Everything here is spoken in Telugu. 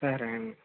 సరే అండి